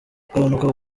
kugabanuka